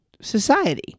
society